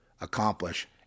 accomplish